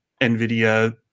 NVIDIA